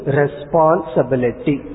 responsibility